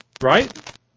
Right